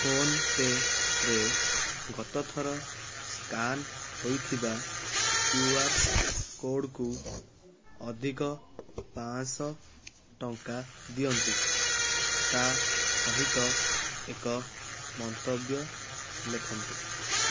ଫୋନ୍ପେରେ ଗତ ଥର ସ୍କାାନ୍ ହୋଇଥିବା କ୍ୟୁଆର୍ କୋଡ଼୍କୁ ଅଧିକ ପାଞ୍ଚ ଶହ ଟଙ୍କା ଦିଅନ୍ତୁ ତାସହିତ ଏକ ମନ୍ତବ୍ୟ ଲେଖନ୍ତୁ